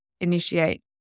initiate